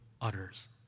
utters